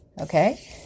Okay